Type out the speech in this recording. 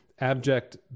abject